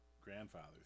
grandfathers